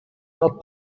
not